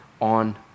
on